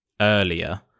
earlier